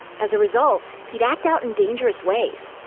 as a result, he'd act out in dangerous ways.